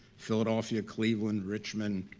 philadelphia, cleveland, richmond,